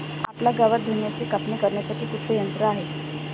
आपल्या गावात धन्याची कापणी करण्यासाठी कुठले यंत्र आहे?